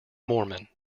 mormon